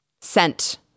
sent